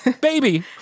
Baby